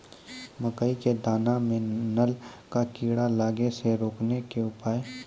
मकई के दाना मां नल का कीड़ा लागे से रोकने के उपाय?